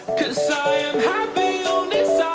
cause i am happy on this